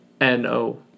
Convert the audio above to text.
n-o